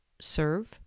serve